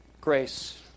grace